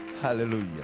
Hallelujah